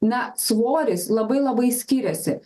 na svoris labai labai skiriasi